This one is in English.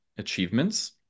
achievements